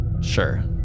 Sure